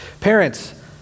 Parents